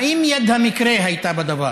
האם יד המקרה הייתה בדבר?